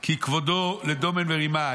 כי כבודו לדומן ורימה.